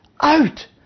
out